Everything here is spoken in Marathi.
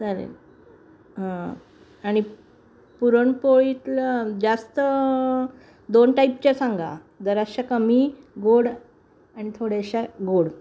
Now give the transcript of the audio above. चालेल हां आणि पुरणपोळीतलं जास्त दोन टाईपच्या सांगा जराशा कमी गोड आणि थोडेशा गोड